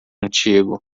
antigo